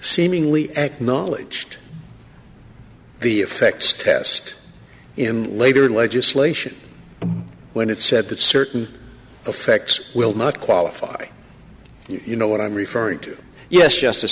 seemingly acknowledged the effects test in later legislation when it said that certain affects will not qualify you know what i'm referring to yes justice